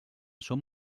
són